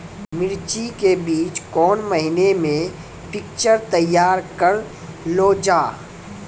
मिर्ची के बीज कौन महीना मे पिक्चर तैयार करऽ लो जा?